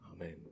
Amen